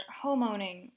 homeowning